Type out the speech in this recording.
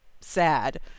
sad